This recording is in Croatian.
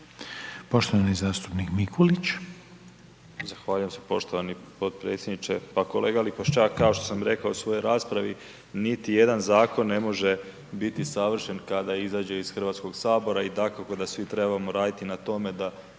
Poštovani zastupnik Mikulić.